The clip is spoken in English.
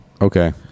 Okay